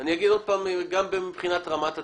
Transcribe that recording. אני אגיד כמה דברים גם מבחינת רמת הציפיות.